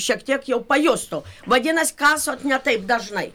šiek tiek jau pajustų vadinas kasot ne taip dažnai